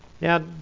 Now